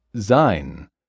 sein